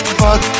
fuck